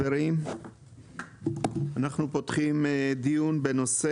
אני פותח את ישיבת ועדת הכלכלה.